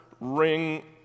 ring